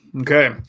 Okay